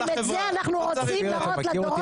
לכן כולם עוזבים אתכם.